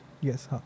yes